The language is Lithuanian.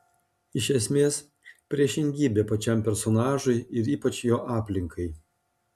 iš esmės priešingybė pačiam personažui ir ypač jo aplinkai